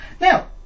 Now